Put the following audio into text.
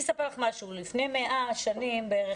לפני 100 שנים בערך,